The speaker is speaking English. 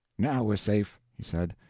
now we're safe, he said,